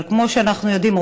אבל כמו שאנחנו יודעים,